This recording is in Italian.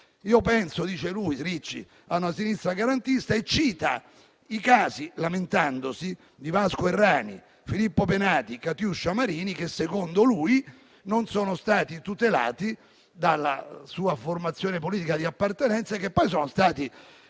«Io penso» - dice Ricci - «a una sinistra garantista» e cita i casi, lamentandosi, di Vasco Errani, Filippo Penati e Katiuscia Marini che - secondo lui - non sono stati tutelati dalla sua formazione politica di appartenenza e che poi sono stati assolti.